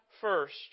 first